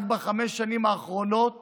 רק בחמש השנים האחרונות